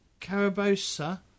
Carabosa